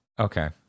Okay